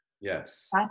yes